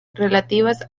relativas